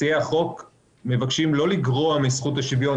מציעי החוק מבקשים לא לגרוע מזכות השוויון,